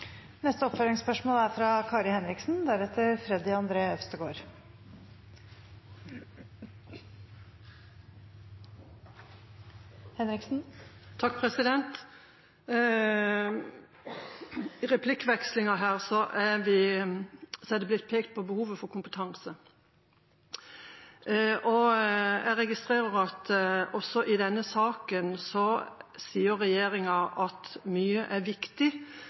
Kari Henriksen – til oppfølgingsspørsmål. I replikkvekslingen her er det blitt pekt på behovet for kompetanse. Jeg registrerer at også i denne saken sier regjeringa at mye er viktig,